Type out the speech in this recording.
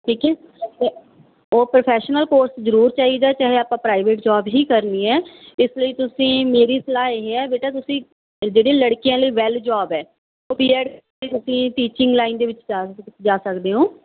ਠੀਕ ਹੈ ਅਤੇ ਉਹ ਪ੍ਰੋਫੈਸ਼ਨਲ ਕੋਰਸ ਜ਼ਰੂਰ ਚਾਹੀਦਾ ਚਾਹੇ ਆਪਾਂ ਪ੍ਰਾਈਵੇਟ ਜੋਬ ਹੀ ਕਰਨੀ ਹੈ ਇਸ ਲਈ ਤੁਸੀਂ ਮੇਰੀ ਸਲਾਹ ਇਹ ਹੈ ਬੇਟਾ ਤੁਸੀਂ ਜਿਹੜੀ ਲੜਕੀਆਂ ਲਈ ਵੈਲ ਜੋਬ ਹੈ ਉਹ ਬੀਐਡ ਅਤੇ ਤੁਸੀਂ ਟੀਚਿੰਗ ਲਾਈਨ ਦੇ ਵਿੱਚ ਜਾ ਜਾ ਸਕਦੇ ਹੋ